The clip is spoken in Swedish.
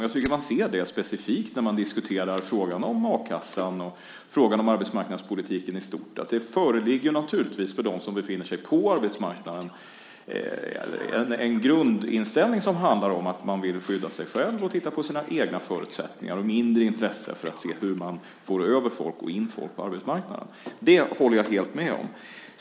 Jag tycker att man ser det specifikt när man diskuterar frågan om a-kassan och frågan om arbetsmarknadspolitiken i stort. För dem som befinner sig på arbetsmarknaden föreligger det naturligtvis en grundinställning som handlar om att man vill skydda sig själv och titta på sina egna förutsättningar, och det finns mindre intresse av att få över och få in folk på arbetsmarknaden. Det håller jag helt med om.